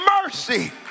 mercy